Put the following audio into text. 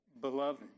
Beloved